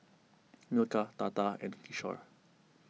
Milkha Tata and Kishore